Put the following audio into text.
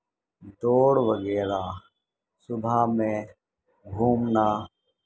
دوڑ وغیرہ صبح میں گھومنا